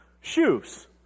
Shoes